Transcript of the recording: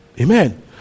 Amen